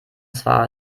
zwar